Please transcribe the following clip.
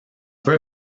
peut